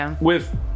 with-